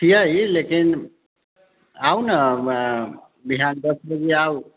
छियै लेकिन आउ ने विहान दस बजे आउ